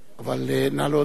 אבל נא להודיע לו